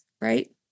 right